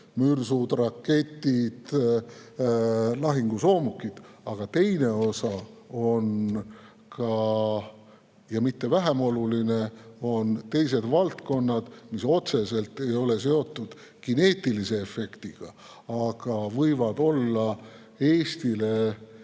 mürsud, raketid ja lahingusoomukid, aga teine ja mitte vähem oluline osa on teised valdkonnad, mis otseselt ei ole seotud kineetilise efektiga, aga võivad olla Eestile